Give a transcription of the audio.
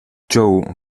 show